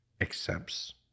accepts